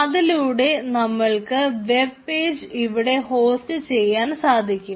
അതിലൂടെ നമ്മൾക്ക് web page ഇവിടെ ഹോസ്റ്റ് ചെയ്യാൻ സാധിക്കും